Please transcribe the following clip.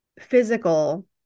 physical